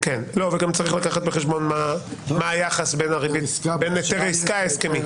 וגם צריך לקחת בחשבון מה היחס בין היתר עסקה הסכמי,